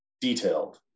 detailed